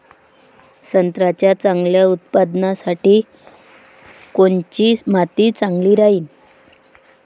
संत्र्याच्या चांगल्या उत्पन्नासाठी कोनची माती चांगली राहिनं?